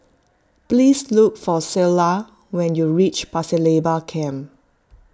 please look for Ceola when you reach Pasir Laba Camp